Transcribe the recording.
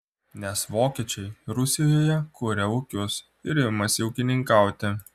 nes vokiečiai rusijoje kuria ūkius ir imasi ūkininkauti